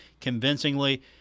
convincingly